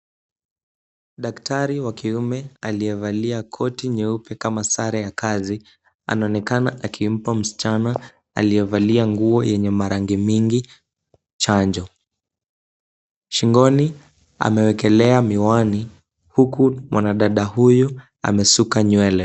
Daktari wa kiume aliyevalia koti nyeupe kama sare ya kazi, anaonekana akimpa msichana aliyevalia nguo yenye marangi mingi chanjo. Shingoni amewekelea miwani huku mwanadada huyu amesuka nywele.